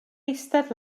eistedd